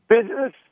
business